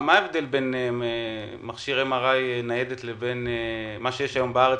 מה ההבדל בין מכשיר MRI נייד שיש היום בארץ,